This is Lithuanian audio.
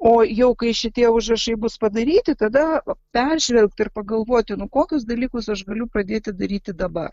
o jau kai šitie užrašai bus padaryti tada peržvelgt ir pagalvoti nu kokius dalykus aš galiu pradėti daryti dabar